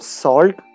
salt